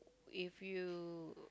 if you